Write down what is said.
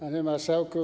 Panie Marszałku!